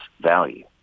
value